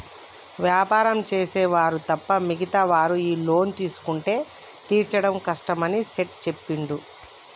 వ్యాపారం చేసే వారు తప్ప మిగతా వారు ఈ లోన్ తీసుకుంటే తీర్చడం కష్టమని సేట్ చెప్పిండు